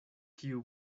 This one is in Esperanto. kiu